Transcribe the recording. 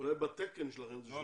אולי בתקן שלכם זה שמונה,